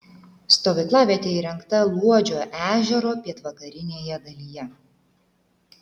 stovyklavietė įrengta luodžio ežero pietvakarinėje dalyje